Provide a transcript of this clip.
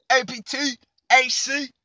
A-P-T-A-C